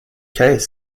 qu’est